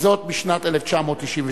וזאת בשנת 1992,